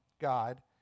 God